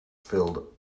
filled